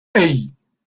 hey